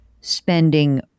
spending